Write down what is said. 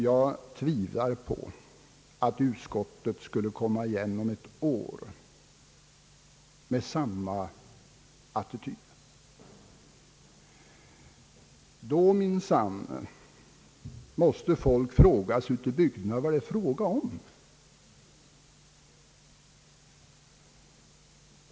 Jag tvivlar på att utskottet kan komma igen om ett år med samma attityd. Då skulle människorna ute i bygderna nämligen undra vad det är fråga om.